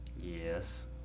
Yes